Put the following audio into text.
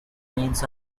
brains